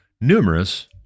numerous